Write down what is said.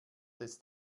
des